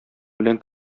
белән